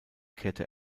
kehrte